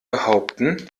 behaupten